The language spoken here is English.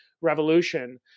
revolution